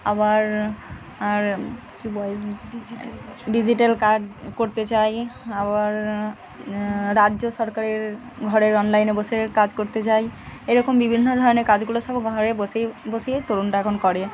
আবার আর কী ডিজিটাল কাজ করতে চায় আবার রাজ্য সরকারের ঘরের অনলাইনে বসে কাজ করতে চায় এরকম বিভিন্ন ধরনের কাজগুলো সব ঘরে বসে বসেই তরুণরা এখন করে